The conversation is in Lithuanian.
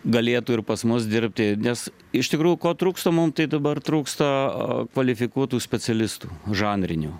galėtų ir pas mus dirbti nes iš tikrųjų ko trūksta mums tai dabar trūksta a kvalifikuotų specialistų žanrinių